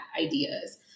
ideas